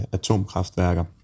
atomkraftværker